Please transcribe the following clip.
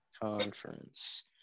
conference